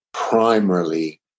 primarily